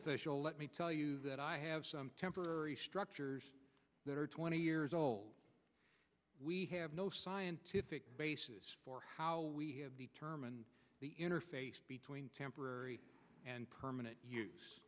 official let me tell you that i have some temporary structures that are twenty years old we have no scientific basis for how we have the term and the interface between temporary and permanent